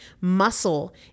Muscle